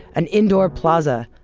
an indoor plaza,